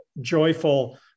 joyful